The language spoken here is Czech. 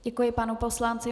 Děkuji panu poslanci.